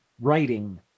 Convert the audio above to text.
writing